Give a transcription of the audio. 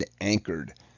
anchored